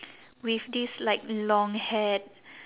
with this like long-haired